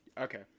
Okay